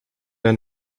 hij